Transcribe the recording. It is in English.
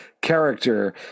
character